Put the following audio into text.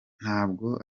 ntabwo